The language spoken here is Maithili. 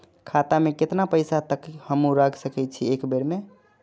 खाता में केतना पैसा तक हमू रख सकी छी एक बेर में?